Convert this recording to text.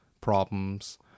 problems